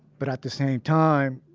but at the same time,